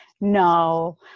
no